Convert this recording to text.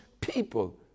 people